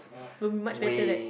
will much better right